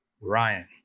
Ryan